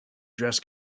dress